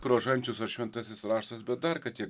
rožančius ar šventasis raštas bet dar kad tie